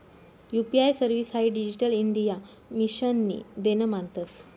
UPI service हाई digital India मिशननी देन मानतंस